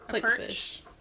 perch